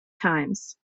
times